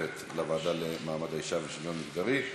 לוועדה לקידום מעמד האישה ולשוויון מגדרי.